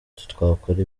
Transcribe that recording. twakora